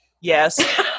yes